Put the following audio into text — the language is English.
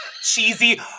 cheesy